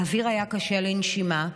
האוויר היה קשה לנשימה,